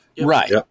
Right